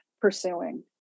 pursuing